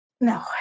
no